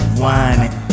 whining